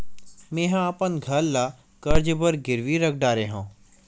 मेहा अपन घर ला कर्जा बर गिरवी रख डरे हव